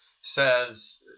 says –